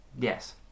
Yes